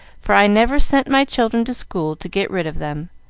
for i never sent my children to school to get rid of them,